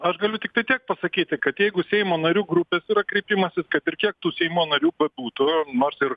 aš galiu tiktai tiek pasakyti kad jeigu seimo narių grupės kreipimasis kad ir kiek tų seimo narių bebūtų nors ir